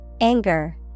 Anger